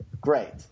Great